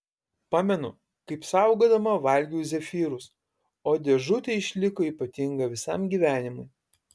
pamenu kaip saugodama valgiau zefyrus o dėžutė išliko ypatinga visam gyvenimui